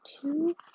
two